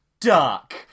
DUCK